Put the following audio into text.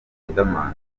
riderman